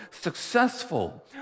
successful